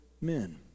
men